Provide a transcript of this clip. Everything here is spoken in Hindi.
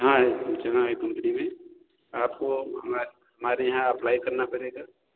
हाँ इतना है कम्पनी में आपको हमारे यहाँ अप्लाय करना पड़ेगा